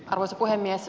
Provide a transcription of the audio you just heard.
arvoisa puhemies